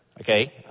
Okay